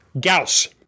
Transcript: Gauss